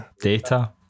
Data